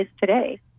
today